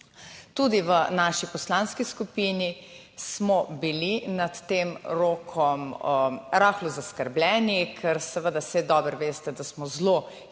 Tudi v naši poslanski skupini smo bili nad tem rokom rahlo zaskrbljeni, ker seveda, saj dobro veste, da smo zelo hitri,